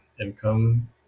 income